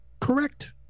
correct